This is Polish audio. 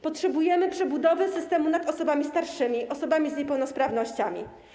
Potrzebujemy przebudowy systemu opieki nad osobami starszymi, osobami z niepełnosprawnościami.